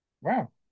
Wow